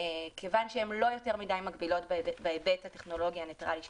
מכיוון שהן לא יותר מדי מגבילות מבחינת ההיבט הטכנולוגי הניטרלי שביקשנו,